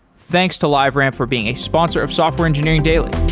thanks to liveramp for being a sponsor of software engineering daily